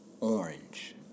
orange